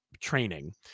training